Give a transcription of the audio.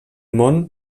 món